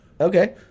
Okay